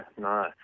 no